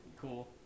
Cool